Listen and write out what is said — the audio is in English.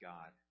God